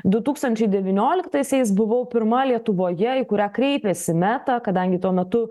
du tūkstančiai devynioliktaisiais buvau pirma lietuvoje į kurią kreipėsi meta kadangi tuo metu